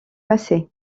passé